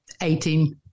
eighteen